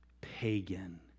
pagan